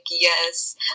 yes